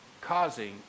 causing